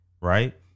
right